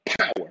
power